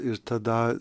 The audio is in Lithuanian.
ir tada